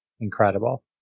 incredible